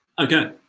Okay